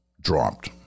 dropped